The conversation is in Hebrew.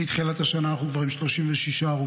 מתחילת השנה אנחנו כבר עם 42 הרוגים.